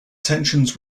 tensions